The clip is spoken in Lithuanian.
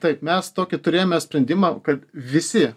taip mes tokį turėjome sprendimą kad visi